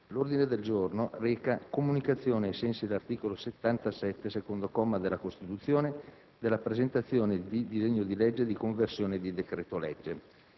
L’ordine del giorno reca: «Comunicazione, ai sensi dell’articolo 77, secondo comma, della Costituzione, della presentazione di disegni di legge di conversione di decreti-legge».